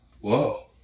whoa